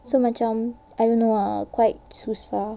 so macam I don't know ah quite susah